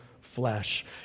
flesh